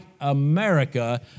America